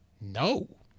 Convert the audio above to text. No